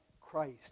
Christ